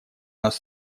нас